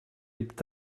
est